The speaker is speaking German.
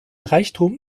reichtum